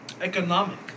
economic